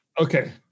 Okay